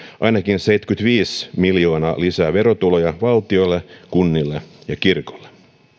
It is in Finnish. ainakin seitsemänkymmentäviisi miljoonaa lisää verotuloja valtiolle kunnille ja kirkolle